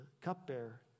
cupbearer